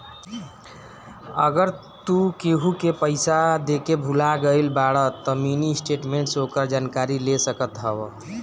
अगर तू केहू के पईसा देके भूला गईल बाड़ऽ तअ मिनी स्टेटमेंट से ओकर जानकारी ले सकत हवअ